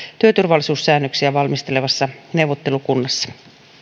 työturvallisuussäännöksiä valmistelevassa neuvottelukunnassa